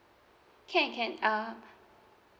can can uh